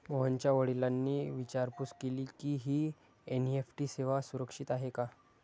मोहनच्या वडिलांनी विचारपूस केली की, ही एन.ई.एफ.टी सेवा सुरक्षित आहे का?